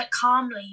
calmly